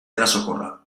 erasokorra